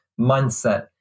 mindset